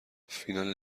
فینال